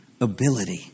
Ability